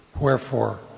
Wherefore